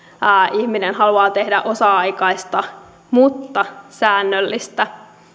ihminen haluaa tehdä osa aikaista mutta säännöllistä